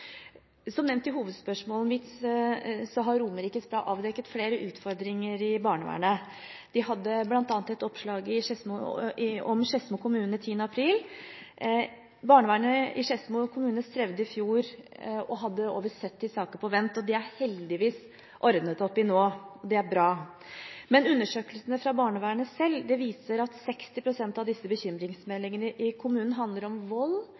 Som nevnt i hovedspørsmålet mitt, har Romerikes Blad avdekket flere utfordringer i barnevernet. De hadde bl.a. et oppslag om Skedsmo kommune 10. april. Barnevernet i Skedsmo kommune strevde i fjor og hadde over 70 saker på vent. Det er det heldigvis ordnet opp i nå, og det er bra. Men undersøkelsene fra barnevernet selv viser at 60 pst. av bekymringsmeldingene i kommunen handler om vold